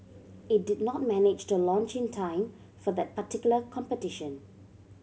it did not manage to launch in time for that particular competition